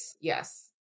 yes